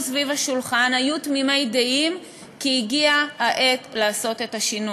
סביב השולחן היו תמימי דעים כי הגיעה העת לעשות את השינוי.